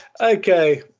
okay